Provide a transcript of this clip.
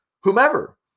Whomever